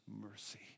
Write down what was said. mercy